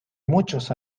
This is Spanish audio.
muchos